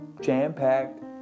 jam-packed